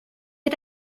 had